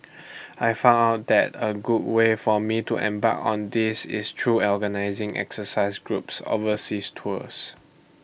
I found out that A good way for me to embark on this is through organising exercise groups overseas tours